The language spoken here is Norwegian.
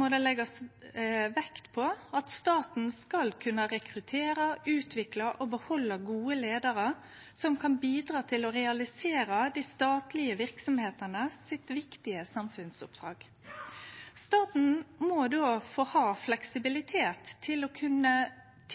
må det leggjast vekt på at staten skal kunne rekruttere, utvikle og behalde gode leiarar som kan bidra til å realisere det viktige samfunnsoppdraget til dei statlege verksemdene. Staten må då få ha fleksibilitet til å kunne